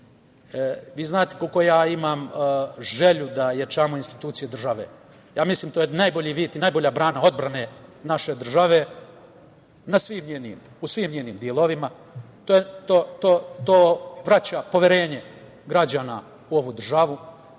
Vi znate koliko ja imam želju da ojačamo institucije države. Ja mislim da je to najbolji vid i najbolja brana odbrane naše države u svim njenim delovima. To vraća poverenje građana u ovu državu.